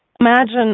Imagine